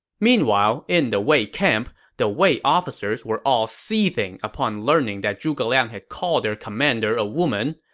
meanwhile, in the wei camp, the wei officers were all seething upon learning that zhuge liang had called their commander a woman,